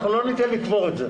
אנחנו לא ניתן לקבור את זה.